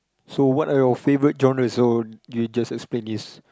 so what are your favourite genres or you just explain this